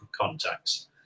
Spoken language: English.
contacts